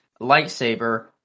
lightsaber